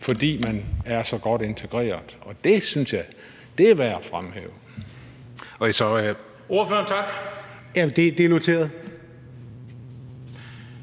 fordi man er så godt integreret. Og det synes jeg er værd at fremhæve.